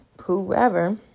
whoever